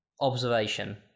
observation